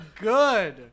good